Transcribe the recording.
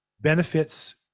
benefits